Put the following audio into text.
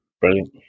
Brilliant